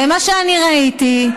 זה מה שאני ראיתי,